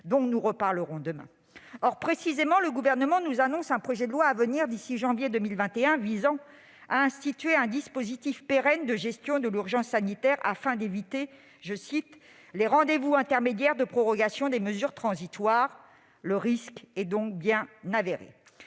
dont nous reparlerons demain. Or, précisément, le Gouvernement nous annonce un projet de loi à venir d'ici à janvier 2021, visant à instituer un dispositif pérenne de gestion de l'urgence sanitaire, afin d'éviter « les rendez-vous intermédiaires de prorogation des mesures transitoires ». Le risque est donc bien avéré.